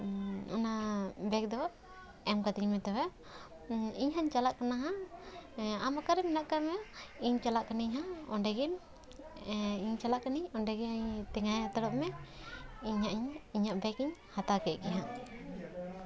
ᱚᱱᱟ ᱵᱮᱜᱽ ᱫᱚ ᱮᱢ ᱠᱟᱹᱛᱤᱧ ᱢᱮ ᱛᱚᱵᱮ ᱤᱧ ᱦᱟᱸᱜ ᱪᱟᱞᱟᱜ ᱠᱟᱱᱟ ᱦᱟᱸᱜ ᱟᱢ ᱚᱠᱟᱨᱮ ᱢᱮᱱᱟᱜ ᱠᱟᱜ ᱢᱮᱭᱟ ᱤᱧ ᱪᱟᱞᱟᱜ ᱠᱟᱹᱱᱟᱹᱧ ᱦᱟᱸᱜ ᱚᱸᱰᱮᱜᱮ ᱤᱧ ᱪᱟᱞᱟᱜ ᱠᱟᱹᱱᱟᱹᱧ ᱚᱸᱰᱮ ᱜᱮ ᱛᱟᱦᱮᱸ ᱦᱟᱛᱟᱲᱚᱜ ᱢᱮ ᱤᱧ ᱦᱟᱸᱜ ᱤᱧ ᱤᱧᱟᱹᱜ ᱵᱮᱜᱽ ᱤᱧ ᱦᱟᱛᱟᱣ ᱠᱮᱜ ᱜᱮ ᱦᱟᱸᱜ